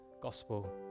Gospel